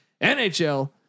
NHL